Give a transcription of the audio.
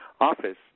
office